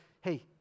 hey